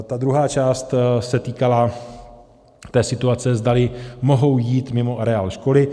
Ta druhá část se týkala té situace, zdali mohou jít mimo areál školy.